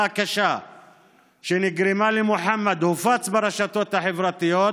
הקשה שנגרמה למוחמד הופץ ברשתות החברתיות,